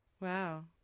Wow